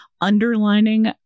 underlining